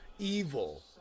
Evil